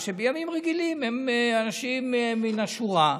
בימים רגילים הם אנשים מן השורה,